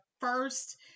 first